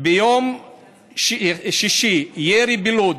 ביום שישי ירי בלוד,